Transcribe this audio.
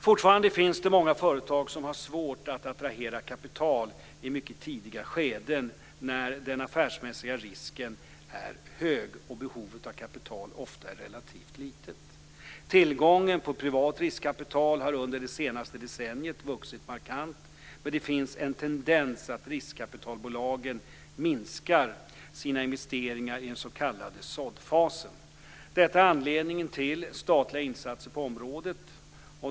Fortfarande finns det många företag som har svårt att attrahera kapital i mycket tidiga skeden när den affärsmässiga risken är för hög och behovet av kapital ofta är relativt litet. Tillgången på privat riskkapital har under det senaste decenniet vuxit markant, men det finns en tendens att riskkapitalbolagen minskar sina investeringar i den s.k. såddfasen. Detta är anledningen till statliga insatser på området.